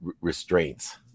restraints